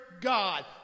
God